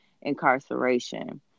incarceration